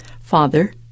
father